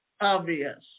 obvious